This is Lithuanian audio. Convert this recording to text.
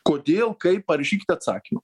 kodėl kaip parašykit atsakymą